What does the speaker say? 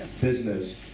business